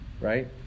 right